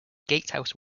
gatehouse